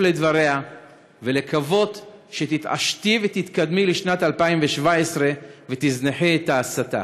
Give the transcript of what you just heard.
לדבריה ולקוות שתתעשתי ותתקדמי לשנת 2017 ותזנחי את ההסתה.